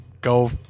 go